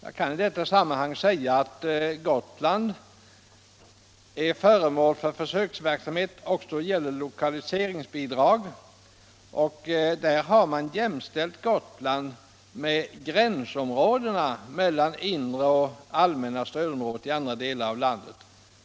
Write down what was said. Jag kan i detta sammanhang nämna att Gotland är föremål för försöksverksamhet också när det gäller lokaliseringsbidrag, och där har man jämställt Gotland med gränsområdena mellan inre och allmänna stödområdet i andra delar av landet.